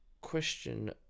Question